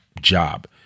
job